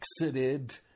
exited